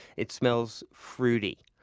it smells fruity.